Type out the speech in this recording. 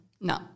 No